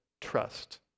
trust